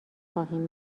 خواهیم